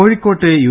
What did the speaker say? കോഴിക്കോട്ട് യു